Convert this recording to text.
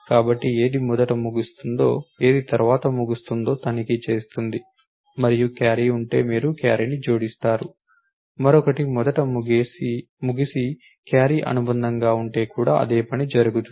కాబట్టి ఏది మొదట ముగుస్తుందో ఏది తరువాత ముగుస్తుందో తనిఖీ చేస్తుంది మరియు క్యారీ ఉంటే మీరు క్యారీని జోడిస్తారు మరొకటి మొదట ముగిసి క్యారీ అనుబంధంగా ఉంటే కూడా అదే పని జరుగుతుంది